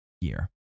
year